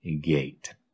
gate